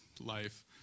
life